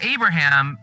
Abraham